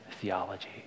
theology